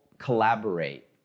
collaborate